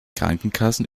krankenkassen